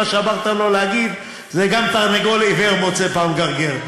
מה שאמרת לו להגיד זה: גם תרנגול עיוור מוצא פעם גרגר.